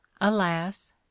alas